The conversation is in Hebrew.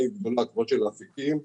כמו של אפיקים,